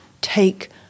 take